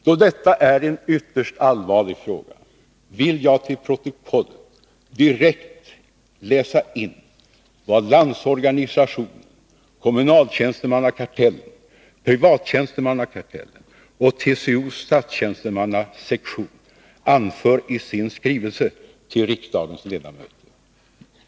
Då detta är en ytterst allvarlig fråga, vill jag till protokollet direkt läsa in vad Landsorganisationen, Kommunaltjänstemannakartellen, Privattjänstemannakartellen och TCO:s Statstjänstemannasektion anför i sin skrivelse till riksdagens ledamöter.